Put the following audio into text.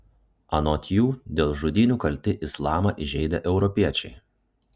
anot jų dėl žudynių kalti islamą įžeidę europiečiai